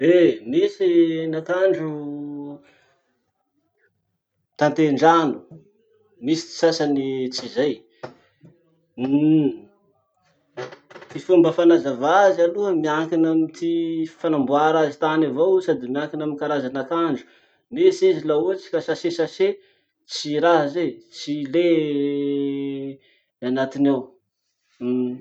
Eh misy ny akanjo tatendrano misy ty sasany tsy zay. Uhm, ty fomba fanazavà azy aloha miankina amy ty fanamboara azy tany avao io sady miankina amy karazan'akanjo. Misy izy la ohatsy ka sachet sachet, tsy raha zay, tsy le ny anatiny ao.